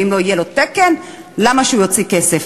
ואם לא יהיה לו תקן, למה שהוא יוציא כסף?